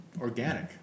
organic